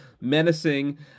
menacing